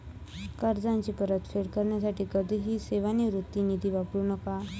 कर्जाची परतफेड करण्यासाठी कधीही सेवानिवृत्ती निधी वापरू नका